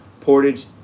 Portage